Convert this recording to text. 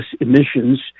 emissions